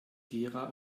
gera